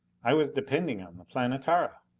i was depending on the planetara!